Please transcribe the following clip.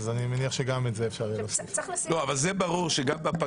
אז אני מניח שגם את זה אפשר יהיה לסדר.